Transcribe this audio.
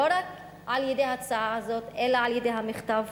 לא רק על-ידי ההצעה הזאת אלא על-ידי המכתב